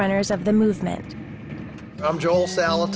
runners of the movement i'm joel sell